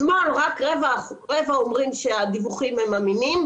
בשמאל רק רבע אומרים שהדיווחים הם אמינים.